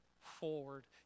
forward